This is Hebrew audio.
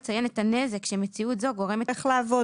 לציין את הנזק שמציאות זו גורמת לתהליכי שיקום,